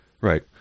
right